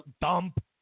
dump